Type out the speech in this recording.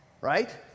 right